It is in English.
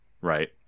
right